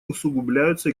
усугубляются